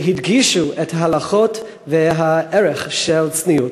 והדגישו את ההלכות ואת הערך של צניעות,